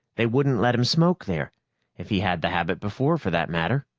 they wouldn't let him smoke there if he had the habit before, for that matter.